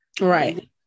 right